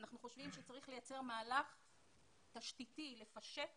אנחנו חושבים שצריך לייצר מהלך תשתיתי, לפשט